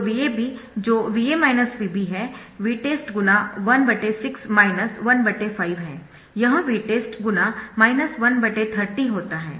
तो VAB जो VA VB है Vtest × 16 15 है यह Vtest × 130 होता है